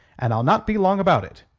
and i'll not be long about it.